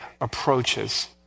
approaches